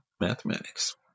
mathematics